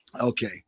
Okay